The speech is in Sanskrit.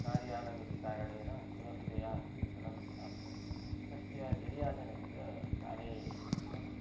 कार् यानमिति कारणेन सुलभतया ऋणं प्राप्तं तस्य निर्यातनं च काले कृतम्